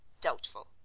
Doubtful